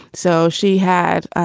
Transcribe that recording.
so she had, ah